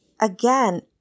again